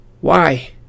Why